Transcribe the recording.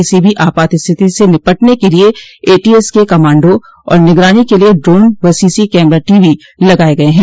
किसी भी आपात स्थिति से निपटने के लिए एटीएस के कमाण्डों और निगरानी के लिए ड्रोन व सीसी टीवी कैमरे लगाये गये हैं